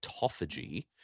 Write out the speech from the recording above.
autophagy